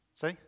See